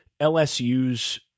LSU's